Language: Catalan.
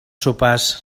sopars